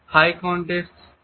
high context সংস্কৃতি কি